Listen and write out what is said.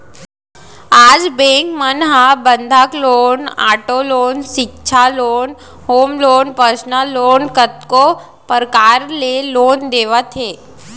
आज बेंक मन ह बंधक लोन, आटो लोन, सिक्छा loan, home loan, personal loan कतको परकार ले लोन देवत हे